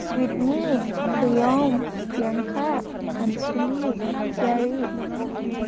स्विदमि प्रियम प्रियांका सानसुलि प्यारि